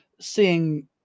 seeing